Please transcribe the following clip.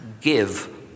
give